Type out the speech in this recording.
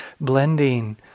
blending